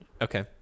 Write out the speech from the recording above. Okay